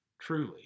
truly